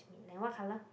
and what color